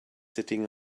sitting